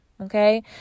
Okay